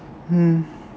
mm